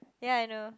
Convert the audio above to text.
then I know